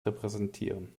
repräsentieren